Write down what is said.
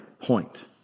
point